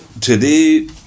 Today